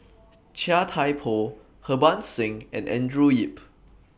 Chia Thye Poh Harbans Singh and Andrew Yip